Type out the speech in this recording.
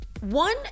One